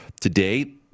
today